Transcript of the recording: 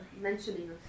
mentioning